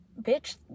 bitch